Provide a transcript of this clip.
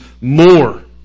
more